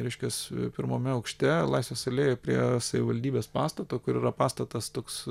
reiškias pirmame aukšte laisvės alėjoj prie savivaldybės pastato kur yra pastatas toks